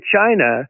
China